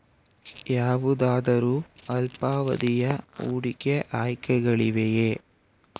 ಯಾವುದಾದರು ಅಲ್ಪಾವಧಿಯ ಹೂಡಿಕೆ ಆಯ್ಕೆಗಳಿವೆಯೇ?